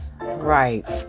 Right